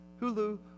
Hulu